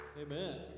amen